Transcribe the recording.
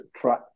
try